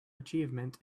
achievement